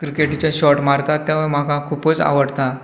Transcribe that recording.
क्रिकेटीचे शॉट मारता तो म्हाका खूबच आवडता